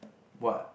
what